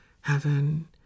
heaven